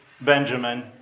Benjamin